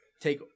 take